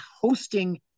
hosting